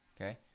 Okay